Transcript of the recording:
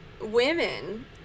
women